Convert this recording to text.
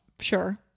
sure